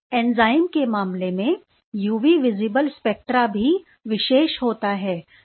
enzyme के मामले में यूवी विजिबल स्पेक्ट्रा भी विशेष होता है